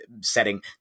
setting